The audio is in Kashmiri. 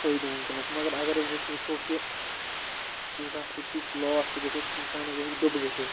فٲیِدٕ وُنکیٚس مگر اگر حظ أسۍ وُچھو کہِ کُنہِ ساتہٕ ہیٚکہِ تیٛتھ لاس تہِ گٔژھتھ اِنسان حظ ہیٚکہِ دُبہٕ گٔژھِتھ